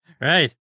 Right